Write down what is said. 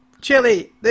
Chili